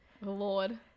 lord